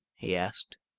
he asked.